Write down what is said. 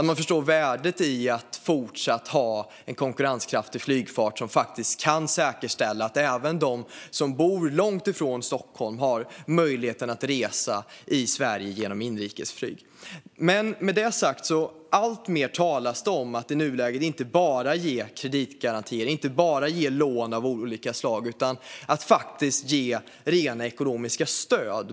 Man förstår värdet i att fortsatt ha en konkurrenskraftig flygfart som faktiskt kan säkerställa att även de som bor långt ifrån Stockholm har möjlighet att resa i Sverige genom inrikesflyg. Med detta sagt: Det talas alltmer om att i nuläget inte bara ge kreditgarantier och lån av olika slag utan att faktiskt ge rena ekonomiska stöd.